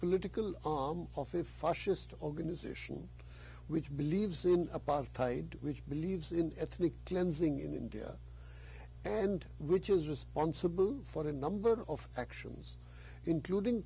to organization which believes the apartheid which believes in ethnic cleansing in india and which is responsible for the number of actions including